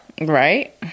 Right